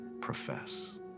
profess